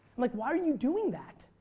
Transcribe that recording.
like why are you doing that?